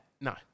No